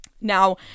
Now